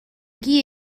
qui